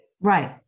Right